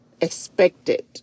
expected